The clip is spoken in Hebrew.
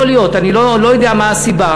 יכול להיות, אני לא יודע מה הסיבה.